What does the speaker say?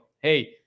Hey